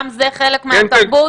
גם זה חלק מהתרבות.